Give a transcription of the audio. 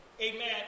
amen